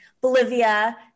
Bolivia